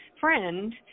friend